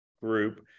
group